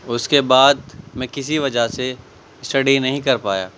اس کے بعد میں کسی وجہ سے اسٹڈی نہیں کر پایا